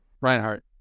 Reinhardt